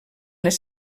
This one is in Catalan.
les